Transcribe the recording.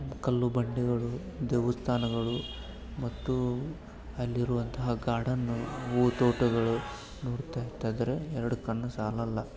ಕಲ್ಲುಬಂಡೆಗಳು ದೇವಸ್ಥಾನಗಳು ಮತ್ತು ಅಲ್ಲಿರುವಂತಹ ಗಾರ್ಡನ್ನು ಊ ತೋಟಗಳು ನೋಡ್ತಾಯಿತ್ತಂದರೆ ಎರಡು ಕಣ್ಣು ಸಾಲಲ್ಲ